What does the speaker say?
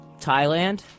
Thailand